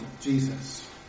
Jesus